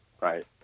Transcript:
Right